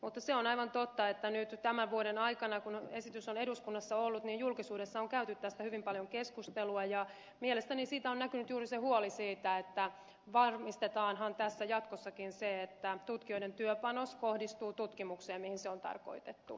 mutta se on aivan totta että nyt tämän vuoden aikana kun esitys on eduskunnassa ollut julkisuudessa on käyty tästä hyvin paljon keskustelua ja mielestäni siinä on näkynyt juuri se huoli että varmistetaanhan tässä jatkossakin se että tutkijoiden työpanos kohdistuu tutkimukseen mihin se on tarkoitettu